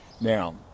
Now